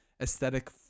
aesthetic